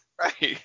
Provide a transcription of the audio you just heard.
Right